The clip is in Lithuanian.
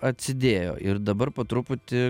atsidėjo ir dabar po truputį